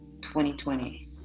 2020